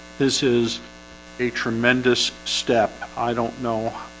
this is a tremendous step. i don't know